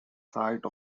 site